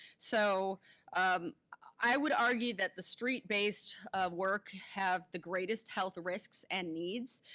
so i would argue that the street-based work have the greatest health risks and needs